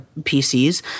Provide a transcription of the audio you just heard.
PCs